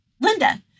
Linda